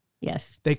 Yes